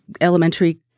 elementary